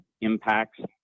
impacts